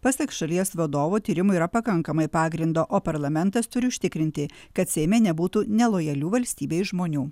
pasak šalies vadovo tyrimui yra pakankamai pagrindo o parlamentas turi užtikrinti kad seime nebūtų nelojalių valstybei žmonių